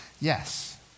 Yes